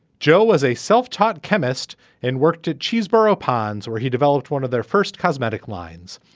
joe was a self-taught chemist and worked at cheese burrow ponds where he developed one of their first cosmetic lines.